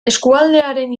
eskualdearen